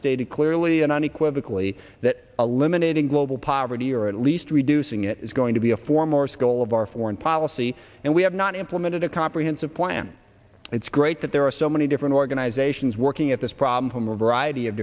stated clearly and unequivocally that a limited in global poverty or at least reducing it is going to be a four morris goal of our foreign policy and we have not implemented a comprehensive plan it's great that there are so many different organizations working at this problem from a variety of